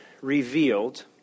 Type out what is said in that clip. revealed